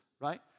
right